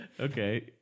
Okay